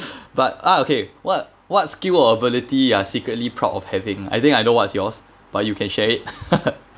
but ah okay what what skill or ability you are secretly proud of having I think I know what's yours but you can share it